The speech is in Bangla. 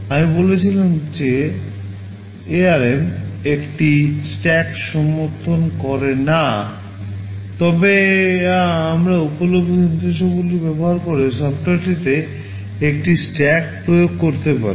আমি বলেছিলাম যে আর্ম একটি স্ট্যাক সমর্থন করে না তবে আমরা উপলভ্য নির্দেশাবলী ব্যবহার করে সফ্টওয়্যারটিতে একটি স্ট্যাক প্রয়োগ করতে পারি